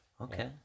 Okay